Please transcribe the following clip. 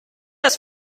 das